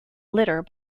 litter